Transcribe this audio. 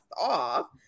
off